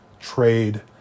trade